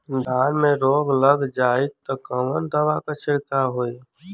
धान में रोग लग जाईत कवन दवा क छिड़काव होई?